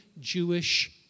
Jewish